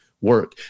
Work